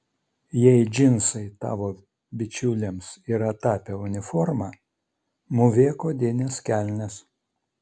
jei džinsai tavo bičiulėms yra tapę uniforma mūvėk odines kelnes